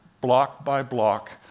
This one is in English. block-by-block